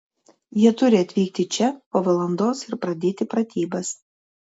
jie turi atvykti čia po valandos ir pradėti pratybas